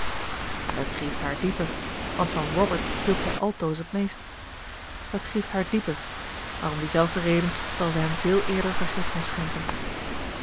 het grieft haar dieper want van robert hield zij altoos het meest het grieft haar dieper maar om diezelfde reden zal ze hem veel eerder vergiffenis schenken